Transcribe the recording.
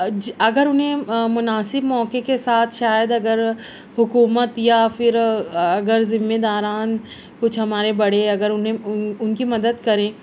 اگر انہیں مناسب موقعے کے ساتھ شاید اگر حکومت یا پھر اگر ذمہ داران کچھ ہمارے بڑے اگر انہیں ان کی مدد کریں